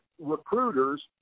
recruiters